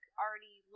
already